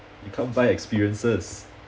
you can't buy experiences